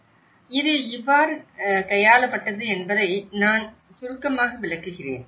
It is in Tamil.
எனவே இது எவ்வாறு கையாளப்பட்டது என்பதை நான் சுருக்கமாக விளக்குகிறேன்